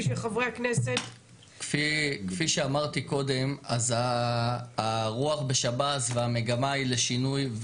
כפי שאמרתי קודם, הרוח בשב"ס והמגמה היא לשינוי.